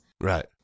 Right